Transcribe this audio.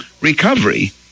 recovery